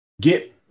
get